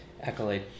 accolade